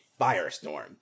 firestorm